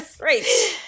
Right